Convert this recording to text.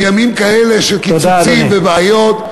בימים כאלה של קיצוצים ובעיות?